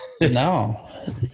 No